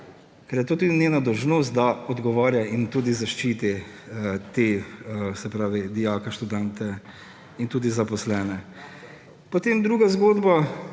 ker je to tudi njena dolžnost, da odgovarja in tudi zaščiti te dijake, študente in tudi zaposlene. Potem druga zgodba,